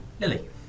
Lily